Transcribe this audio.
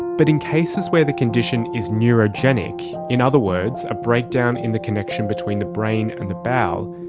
but in cases where the condition is neurogenic, in other words a breakdown in the connection between the brain and the bowel,